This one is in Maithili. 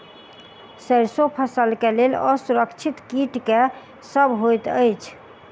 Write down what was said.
सैरसो फसल केँ लेल असुरक्षित कीट केँ सब होइत अछि?